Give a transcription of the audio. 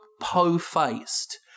po-faced